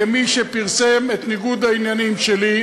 כמי שפרסם את ניגוד העניינים שלי,